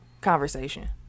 conversation